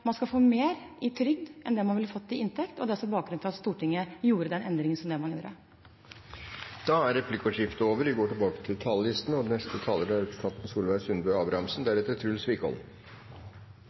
få mer i trygd enn det man ville fått i inntekt, og det er også bakgrunnen for at Stortinget gjorde den endringen man gjorde. Replikkordskiftet er omme. Regjeringa har i denne stortingsperioden ført ein politikk for arbeid, aktivitet og